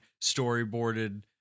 storyboarded